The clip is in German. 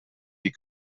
die